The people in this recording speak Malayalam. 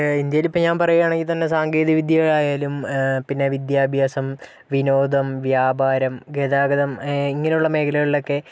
ഇന്ത്യയിലിപ്പോൾ ഞാൻ പറയുകാണെങ്കില് സാങ്കേതിക വിദ്യയായാലും പിന്നെ വിദ്യാഭ്യാസം വിനോദം വ്യാപാരം ഗതാഗതം ഇങ്ങനെയുള്ള മേഖലകളിലൊക്കെ